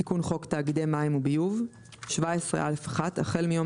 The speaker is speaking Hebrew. תיקון חוק תאגידי מים וביוב 17א1. החל מיום